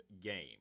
game